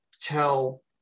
tell